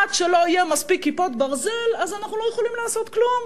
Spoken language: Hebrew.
עד שלא יהיו מספיק "כיפות ברזל" אז אנחנו לא יכולים לעשות כלום.